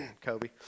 Kobe